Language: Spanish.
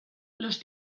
los